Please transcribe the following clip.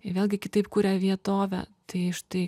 jie vėlgi kitaip kuria vietovę tai štai